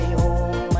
home